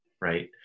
right